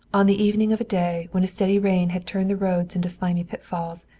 on the evening of a day when a steady rain had turned the roads into slimy pitfalls,